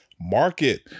Market